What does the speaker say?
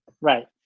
Right